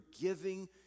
giving